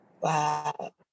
wow